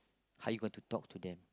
how you going to talk to them